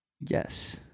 Yes